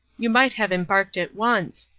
you might have embarked at once.